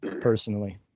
personally